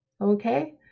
Okay